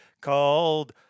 called